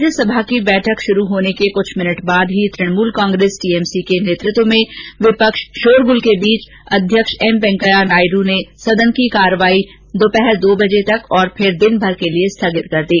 राज्यसभा की बैठक शुरू होने के कुछ ही मिनट बाद तणमूल कांग्रेस टीएमसी के नेतृत्व में विपक्ष शोरगुल के बीच अध्यक्ष एमवेंकैया नायडू ने सदन की कोर्यवाही दोपहर बाद दो बजे तक और फिर दिन भर के लिए स्थगित कर दी